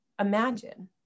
Imagine